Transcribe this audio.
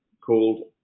called